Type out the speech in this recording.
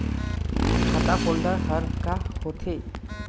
खाता होल्ड हर का होथे?